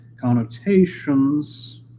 connotations